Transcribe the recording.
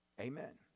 Amen